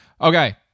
Okay